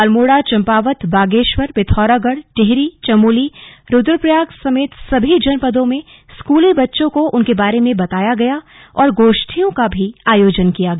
अल्मोड़ा चंपावत बागेश्वर पिथौरागढ़ टिहरी चमोली रुद्प्रयाग समेत सभी जनपदों में स्कूली बच्चों को उनके बारे में बताया गया और गोष्ठियों का भी आयोजन किया गया